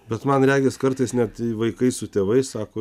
bet man regis kartais net vaikai su tėvais sako